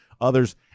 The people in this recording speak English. others